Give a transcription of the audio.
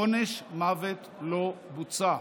עונש מוות לא בוצע בפועל.